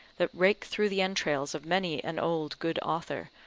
that rake through the entrails of many an old good author,